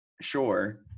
Sure